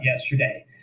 yesterday